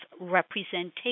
representation